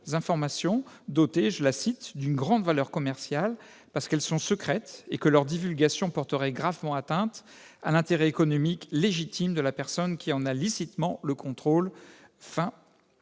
informations dotées d'une « grande valeur commerciale parce qu'elles sont secrètes et que leur divulgation porterait gravement atteinte à l'intérêt économique légitime de la personne qui en a licitement le contrôle »,